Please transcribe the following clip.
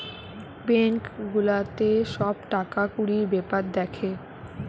bank গুলাতে সব টাকা কুড়ির বেপার দ্যাখে